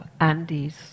Andes